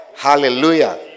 Hallelujah